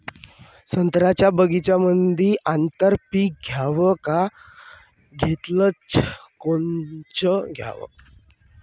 संत्र्याच्या बगीच्यामंदी आंतर पीक घ्याव का घेतलं च कोनचं घ्याव?